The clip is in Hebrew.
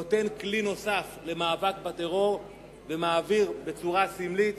נותן כלי נוסף למאבק בטרור ומעביר, בצורה סמלית,